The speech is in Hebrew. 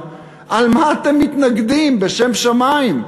על מה אתם מתנגדים, בשם שמים?